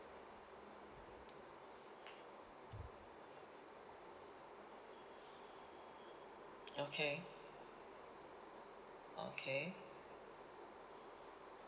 okay okay